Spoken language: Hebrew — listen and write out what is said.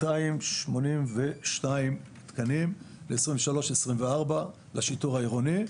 282 תקנים ל-2023 2024 לשיטור העירוני,